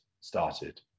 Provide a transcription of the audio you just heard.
started